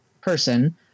person